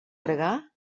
pregar